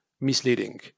misleading